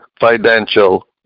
financial